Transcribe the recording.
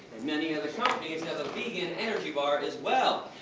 and many other companies have a vegan energy bar, as well.